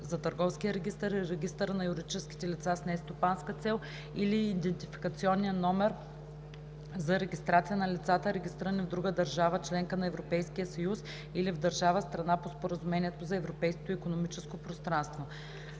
за търговския регистър и регистъра на юридическите лица с нестопанска цел, или идентификационен номер за регистрация на лицата, регистрирани в друга държава – членка на Европейския съюз, или в държава – страна по Споразумението за Европейското икономическо пространство;